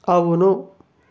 అవును